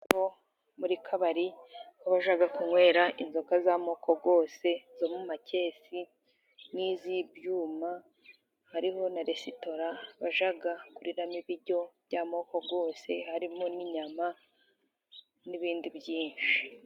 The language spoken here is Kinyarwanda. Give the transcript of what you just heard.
Mu kabari, Aho bajya kunywera inzoga z'amoko yose zo mu makesi, nk'iz'ibyuma. Hariho na resitora bajya kuriramo ibiryo by'amoko yose harimo n'inyama n'ibindi byinshi.